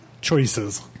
choices